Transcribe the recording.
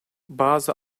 bazı